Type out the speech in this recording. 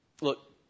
Look